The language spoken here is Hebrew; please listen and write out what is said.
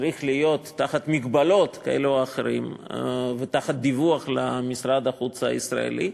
צריך להיות תחת מגבלות כאלה ואחרות ותחת דיווח למשרד החוץ הישראלי,